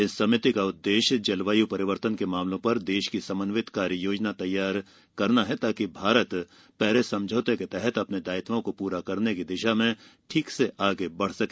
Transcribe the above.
इस समिति का उद्देश्य जलवायु परिवर्तन के मामलों पर देश की समन्वित कार्ययोजना तैयार करना है ताकि भारत पेरिस समझौते के तहत अपने दायित्वों को पूरा करने की दिशा में ठीक से आगे बढ़े